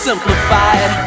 Simplified